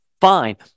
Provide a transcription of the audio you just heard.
fine